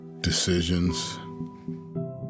Decisions